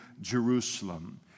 Jerusalem